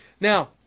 Now